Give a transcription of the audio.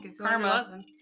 karma